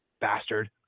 bastard